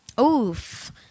Oof